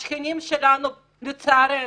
השכנים שלנו, לצערנו,